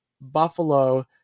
Buffalo